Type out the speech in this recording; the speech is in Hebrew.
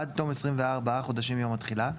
עד תום 24 חודשים מיום התחילה,